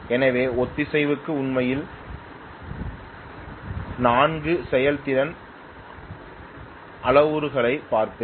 எனவே ஒத்திசைவுக்கு உண்மையில் நான் 4 செயல்திறன் அளவுருக்களைப் பார்ப்பேன்